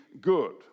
good